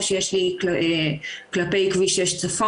כן אני אגיד שבינתיים סייעו לי פה עם הנתונים של הקנסות,